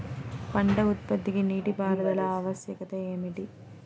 పంట ఉత్పత్తికి నీటిపారుదల ఆవశ్యకత ఏమిటీ?